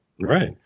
Right